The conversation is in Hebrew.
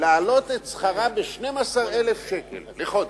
להעלות את שכרה ב-12,000 שקלים לחודש,